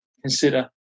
Consider